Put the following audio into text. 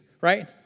right